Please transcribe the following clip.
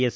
S